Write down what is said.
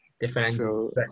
different